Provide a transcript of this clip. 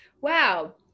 wow